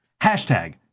Hashtag